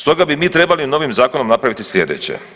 Stoga bi mi trebali novim zakonom napraviti sljedeće.